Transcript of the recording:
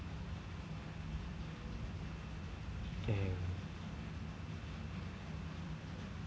damn